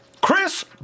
Chris